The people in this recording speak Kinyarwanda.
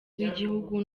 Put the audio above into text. bw’igihugu